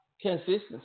consistency